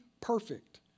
perfect